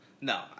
No